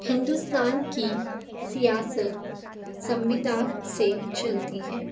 ہندوستان کی سیاست سموِدھان سے چلتی ہے